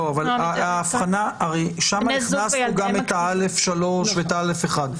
שם הכנסנו גם את א/3 ואת א/1.